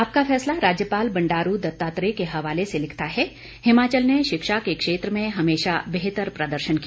आपका फैसला राज्यपाल बंडारू दत्तात्रेय के हवाले से लिखता है हिमाचल ने शिक्षा के क्षेत्र में हमेशा बेहतर प्रदर्शन किया